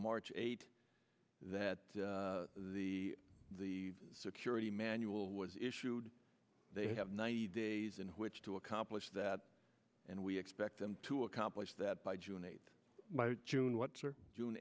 march eighth that the the security manual was issued they have ninety days in which to accomplish that and we expect them to accomplish that by june eighth june what